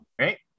Right